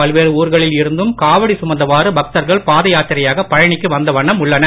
பல்வேறு ஊர்களில் இருந்தும் காவடி சுமந்தவாறு பக்தர்கள் பாத யாத்திரையாக பழனிக்கு வந்த வண்ணம் உள்ளனர்